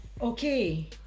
okay